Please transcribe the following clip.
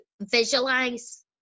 visualize